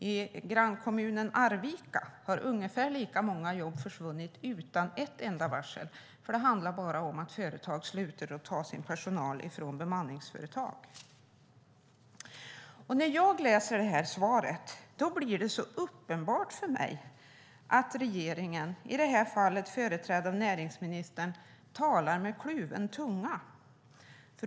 I grannkommunen Arvika har ungefär lika många jobb försvunnit utan ett enda varsel. Det handlar om att företag slutar att ta sin personal från bemanningsföretag. När jag läser svaret blir det uppenbart för mig att regeringen, i det här fallet företrädd av näringsministern, talar med kluven tunga.